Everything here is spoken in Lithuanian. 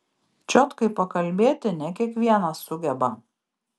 čiotkai pakalbėti ne kiekvienas sugeba